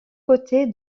côté